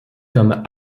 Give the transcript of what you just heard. comme